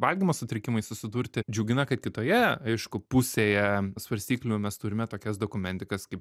valgymo sutrikimais susidurti džiugina kad kitoje aišku pusėje svarstyklių mes turime tokias dokumentikas kaip